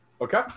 okay